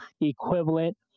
equivalent